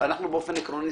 דורון,